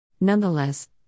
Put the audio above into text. Nonetheless